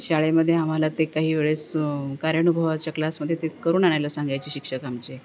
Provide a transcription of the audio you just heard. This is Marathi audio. शाळेमध्ये आम्हाला ते काही वेळेस कार्यानुभवाच्या क्लासमध्ये ते करून आणायला सांगायचे शिक्षक आमचे